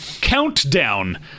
Countdown